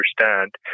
understand